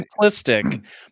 simplistic